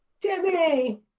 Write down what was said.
Jimmy